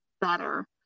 better